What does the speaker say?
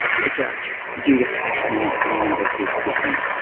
the judge. judith cashmore from the university of sydney.